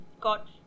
got